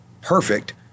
perfect